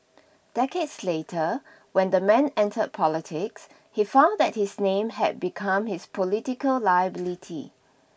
decades later when the man entered politics he found that his name had become his political liability